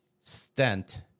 stent